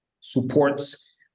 supports